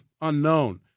unknown